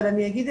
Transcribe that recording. אבל אני אגיד,